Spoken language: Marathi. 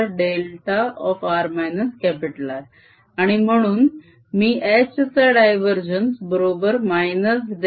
M Mcosθδ आणि म्हणून मी H चा डायवरजेन्स बरोबर - डेल